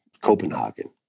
Copenhagen